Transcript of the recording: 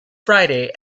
friday